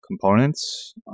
components